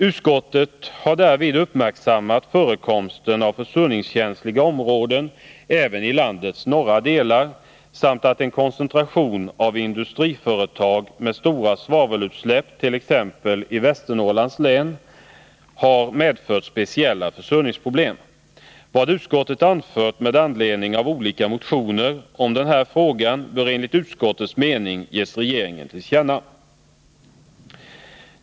Utskottet har därvid uppmärksammat förekomsten av försurningskänsliga områden även i landets norra delar samt att en koncentration av industriföretag med stora svavelutsläpp t.ex. i Västernorrlands län har medfört speciella försurningsproblem. Vad utskottet anfört med anledning av olika motioner om den här frågan bör enligt utskottets mening ges regeringen till känna.